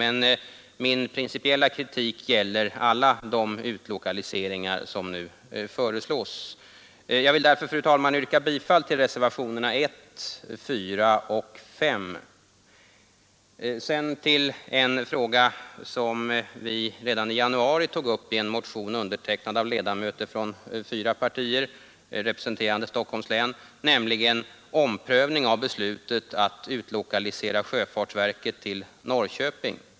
Men min principiella kritik gäller alla de utlokaliseringar som nu föreslås. Jag vill därför, fru talman, yrka bifall till reservationerna 1, 4 och 5. Sedan några ord i en annan fråga. Redan i januari i år tog vi i en motion, undertecknad av ledamöter från fyra partier representerande Stockholms län, upp frågan om en omprövning av beslutet att utlokalisera sjöfartsverket till Norrköping.